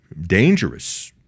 dangerous